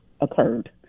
occurred